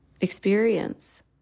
experience